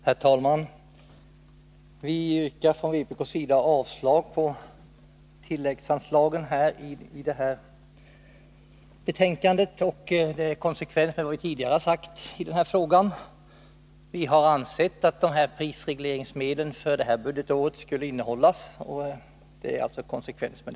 Herr talman! I konsekvens med vad vi från vpk tidigare har sagt i denna fråga yrkar vi avslag på regeringens förslag om tilläggsanslag. Vi anser att prisregleringsmedlen för det här budgetåret skall hållas inne.